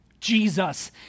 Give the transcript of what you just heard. Jesus